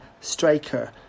striker